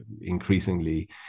increasingly